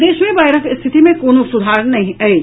प्रदेश मे बाढ़िक स्थिति मे कोनो सुधार नहि अछि